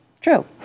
True